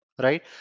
right